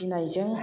गिनायजों